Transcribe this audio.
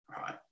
Right